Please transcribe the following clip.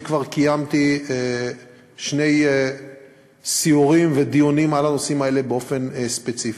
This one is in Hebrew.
אני כבר קיימתי שני סיורים ודיונים על הנושאים האלה באופן ספציפי,